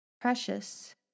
Precious